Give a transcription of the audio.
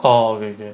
oh okay okay